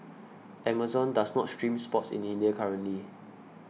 Amazon does not stream sports in India currently